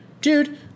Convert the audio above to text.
Dude